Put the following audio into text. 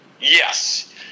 Yes